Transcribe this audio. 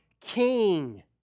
king